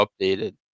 updated